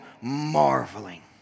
marveling